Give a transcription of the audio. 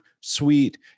sweet